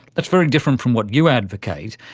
that's very different from what you advocate.